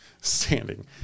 standing